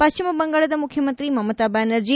ಪಟ್ಟಿಮ ಬಂಗಾಳದ ಮುಖ್ಯಮಂತ್ರಿ ಮಮತಾಬ್ದಾನರ್ಜಿ